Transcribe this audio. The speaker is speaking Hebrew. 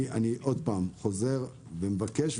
אני חוזר ומבקש,